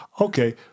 Okay